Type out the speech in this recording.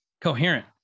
coherent